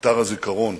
אתר הזיכרון